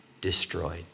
destroyed